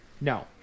No